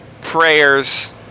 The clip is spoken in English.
prayers